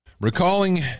recalling